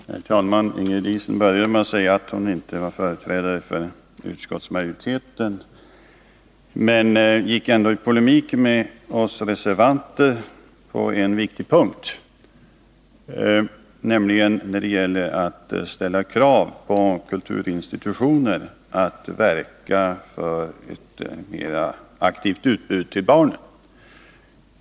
Herr talman! Ingrid Diesen började med att säga att hon inte är talesman för utskottsmajoriteten, men hon polemiserade ändå mot oss reservanter på en viktig punkt, nämligen när det gäller att ställa krav på kulturinstitutioner, att verka för ett mera aktivt utbud till barnen.